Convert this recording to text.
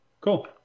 Cool